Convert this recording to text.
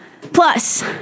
Plus